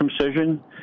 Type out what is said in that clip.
circumcision